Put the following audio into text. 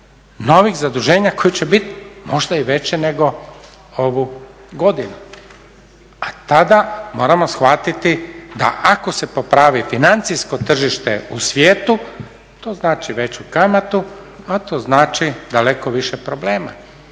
novih zaduženja koja će bit možda i veći nego ovu godinu. A tada moramo shvatiti da ako se popravi financijsko tržište u svijetu to znači veću kamatu, a to znači daleko više problema.